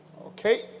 okay